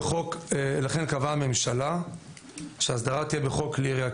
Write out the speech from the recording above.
ולכן קבעה הממשלה שההסדרה תהיה בחוק כלי ירייה,